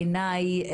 בעיניי,